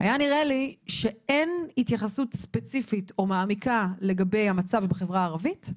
היה נראה לי שאין התייחסות ספציפית או מעמיקה לגבי המצב בחברה הערבית,